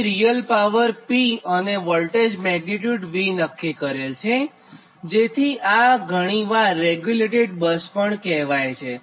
અહીં real power P અને voltage magnitude V નક્કી કરેલ છે જેથી આ ઘણી વાર રેગ્યુલેટેડ બસ પણ કહેવાય છે